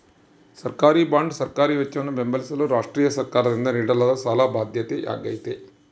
ಸರ್ಕಾರಿಬಾಂಡ್ ಸರ್ಕಾರಿ ವೆಚ್ಚವನ್ನು ಬೆಂಬಲಿಸಲು ರಾಷ್ಟ್ರೀಯ ಸರ್ಕಾರದಿಂದ ನೀಡಲಾದ ಸಾಲದ ಬಾಧ್ಯತೆಯಾಗೈತೆ